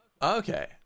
Okay